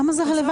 למה זה רלוונטי?